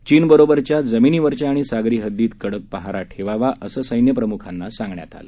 चीन बरोबरघ्या जमीनीवरच्या आणि सागरी हद्दीत कडक पहारा ठेवावा असं स्थिप्रमुखांना सांगण्यात आलं